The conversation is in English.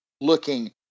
looking